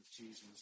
Jesus